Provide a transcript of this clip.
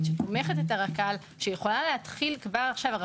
שתומכת את הרק"ל שיכולה להתחיל כבר עכשיו.